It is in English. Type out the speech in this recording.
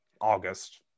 August